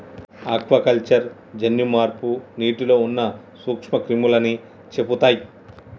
aquaculture జన్యు మార్పు నీటిలో ఉన్న నూక్ష్మ క్రిములని చెపుతయ్